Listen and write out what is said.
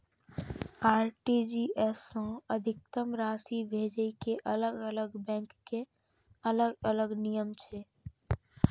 RTGS सं अधिकतम राशि भेजै के अलग अलग बैंक के अलग अलग नियम छै